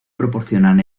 proporcionan